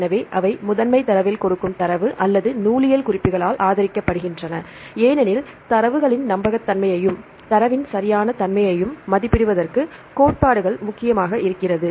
எனவே அவை முதன்மைத் தரவில் கொடுக்கும் தரவு அல்லது நூலியல் குறிப்புகளால் ஆதரிக்கப்படுகின்றன ஏனெனில் தரவுகளின் நம்பகத்தன்மையையும் தரவின் சரியான தன்மையையும் மதிப்பிடுவதற்கு கோட்பாடுகள் முக்கியமாக இருக்கிறது